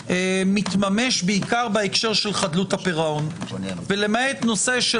מתממש בעיקר בהקשר של חדלות הפירעון ולמעט נושא של